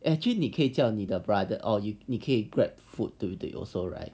actually 你可以叫你的 brother or 你可以 grab food 对不对 also right